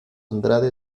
andrade